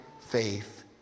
faith